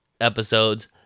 episodes